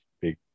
Big